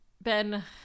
Ben